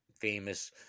famous